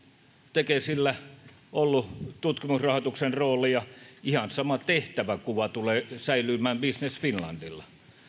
tekesillä ollut tutkimusrahoituksen rooli ja ihan sama tehtävänkuva tulee säilymään business finlandilla